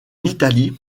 italie